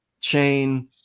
chain